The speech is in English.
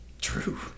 True